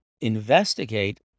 investigate